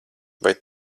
vai